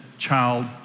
child